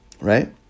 right